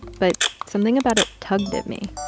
but something about it tugged at me.